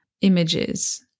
images